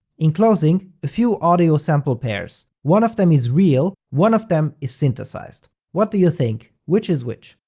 in closing, a few audio sample pairs, one of them is real, one of them is synthesized. what do you think, which is which?